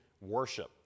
worship